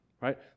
right